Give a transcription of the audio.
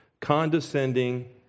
condescending